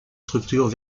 structures